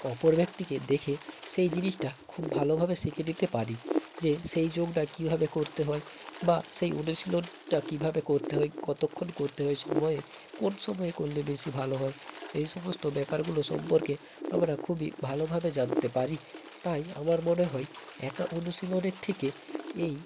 অপর ব্যক্তিকে দেখে সেই জিনিসটা খুব ভালোভাবে শিখে নিতে পারি যে সেই যোগটা কীভাবে করতে হয় বা সেই অনুশীলনটা কীভাবে করতে হয় কতক্ষণ করতে হয় সময়ে কোন সময়ে করলে বেশি ভালো হয় সেই সমস্ত ব্যাপারগুলো সম্পর্কে আমরা খুবই ভালোভাবে জানতে পারি তাই আমার মনে হয় একা অনুশীলনের থেকে এই